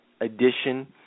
edition